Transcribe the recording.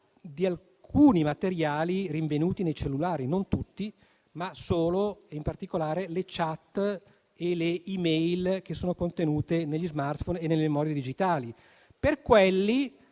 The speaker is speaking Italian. di alcuni materiali rinvenuti nei cellulari (non tutti) relativi alle *chat* e alle *e-mail* che sono contenute negli *smartphone* e nelle memorie digitali. Per quelli